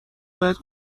باید